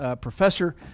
professor